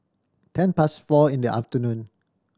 ten past four in the afternoon